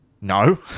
No